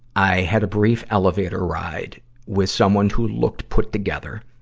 i had a brief elevator ride with someone who looked put-together,